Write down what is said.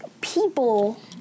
people